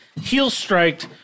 heel-striked